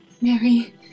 Mary